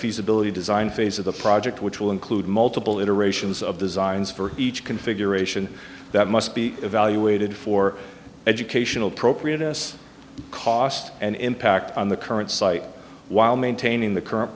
feasibility design phase of the project which will include multiple iterations of designs for each configuration that must be evaluated for educational pro create us cost and impact on the current site while maintaining the current